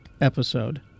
episode